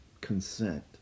consent